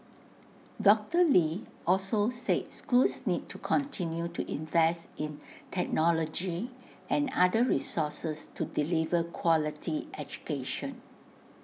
doctor lee also said schools need to continue to invest in technology and other resources to deliver quality education